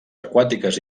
aquàtiques